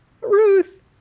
Ruth